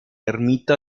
ermita